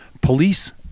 police